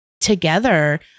together